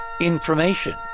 information